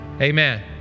Amen